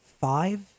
five